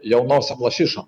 jaunosiom lašišom